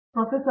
professor